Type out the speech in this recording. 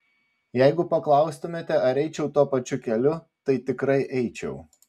jeigu paklaustumėte ar eičiau tuo pačiu keliu tai tikrai eičiau